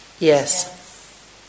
Yes